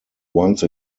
once